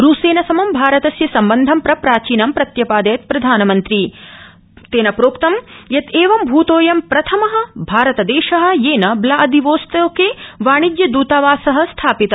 रूसेन समं भारतस्य सम्बन्धं प्र प्राचीनं प्रत्यपादयन् प्रधानमन्त्री अचकथत् यत् एवं भृतोऽयं प्रथमो भारतदेश येन व्लादिवोस्तोके वाणिज्य दृतावास स्थापित